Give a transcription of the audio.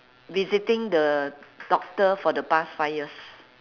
visiting the doctor for the past five years